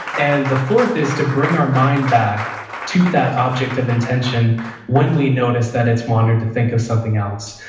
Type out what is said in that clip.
and the fourth is to bring our mind back to that object of intention when we notice that it's wandered to think of something else.